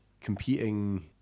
competing